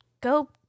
go